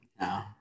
no